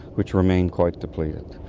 which remain quite depleted.